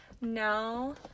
No